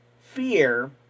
fear